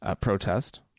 protest